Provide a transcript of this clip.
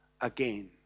again